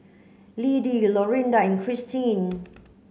Lidie Lorinda and Kristin